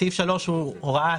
סעיף 3 הוא הוראה